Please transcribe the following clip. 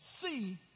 see